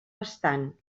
estan